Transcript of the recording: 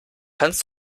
kannst